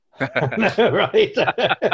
Right